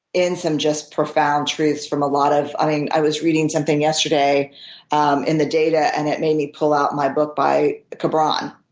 in some just profound truths from a lot of, i was reading something yesterday um in the data and i made me pull out my book by gibran.